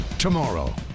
Tomorrow